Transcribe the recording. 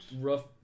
Rough